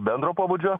bendro pobūdžio